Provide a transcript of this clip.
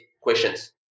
Questions